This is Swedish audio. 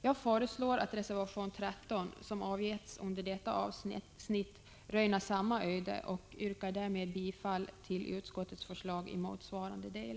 Jag föreslår att reservation 13, som avgetts under detta avsnitt, röner samma öde och yrkar därmed bifall till utskottets förslag i motsvarande del.